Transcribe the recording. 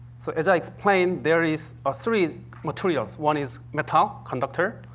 so, as i explained, there is ah three materials. one is metal conductor,